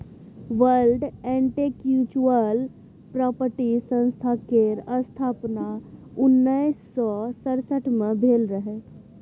world intellectual property संस्था केर स्थापना उन्नैस सय सड़सठ मे भेल रहय